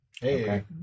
Hey